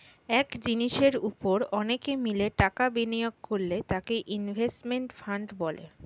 এক জিনিসের উপর অনেকে মিলে টাকা বিনিয়োগ করলে তাকে ইনভেস্টমেন্ট ফান্ড বলে